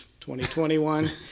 2021